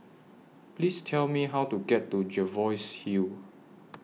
Please Tell Me How to get to Jervois Hill